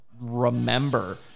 remember